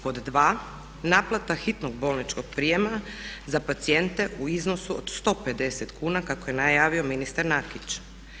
Pod dva naplata hitnog bolničkog prijema za pacijente u iznosu od 150 kuna kako je najavio ministar Nakić.